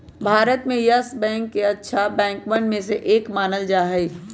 भारत में Yes Bank के अच्छा बैंकवन में से एक मानल जा हई